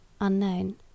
unknown